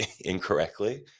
incorrectly